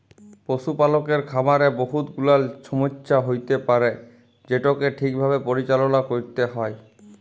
পশুপালকের খামারে বহুত গুলাল ছমচ্যা হ্যইতে পারে যেটকে ঠিকভাবে পরিচাললা ক্যইরতে হ্যয়